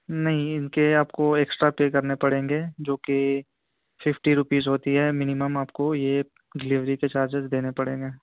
نہیں ان کے آپ کو ایکسٹرا پے کرنے پڑیں گے جو کہ ففٹی روپیز ہوتی ہے مینیمم آپ کو یہ ڈلیوری کے چارجز دینے پڑیں گے